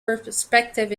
perspectives